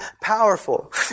powerful